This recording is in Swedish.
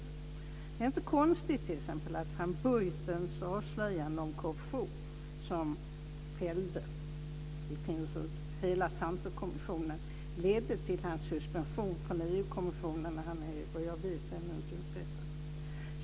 Det är inte konstigt att van Buitenens avslöjanden om korruption, som fällde i princip hela Santerkommissionen, ledde till hans suspension från EU-kommissionen, och såvitt jag vet har han ännu inte fått upprättelse.